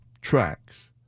tracks